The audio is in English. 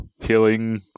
Healing